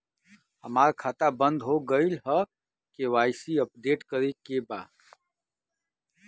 हमार खाता बंद हो गईल ह के.वाइ.सी अपडेट करे के बा?